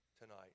tonight